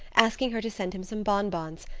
asking her to send him some bonbons,